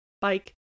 bike